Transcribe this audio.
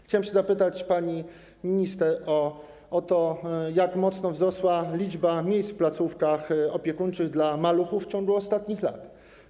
Chciałbym się zapytać pani minister o to, jak bardzo wzrosła liczba miejsc w placówkach opiekuńczych dla maluchów w ciągu ostatnich lat.